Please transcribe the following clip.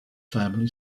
family